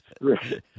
Right